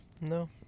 No